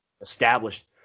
established